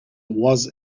was